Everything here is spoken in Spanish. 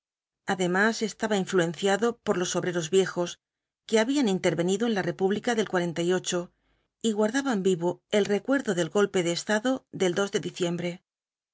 además estaba influenciado por los obreros viejos que habían intervenido en la república del y guardaban vivo el recuerdo del golpe de estado del de diciembre